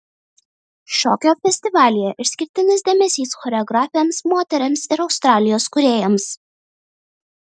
šokio festivalyje išskirtinis dėmesys choreografėms moterims ir australijos kūrėjams